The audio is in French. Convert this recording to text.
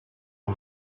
aux